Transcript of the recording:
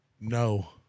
No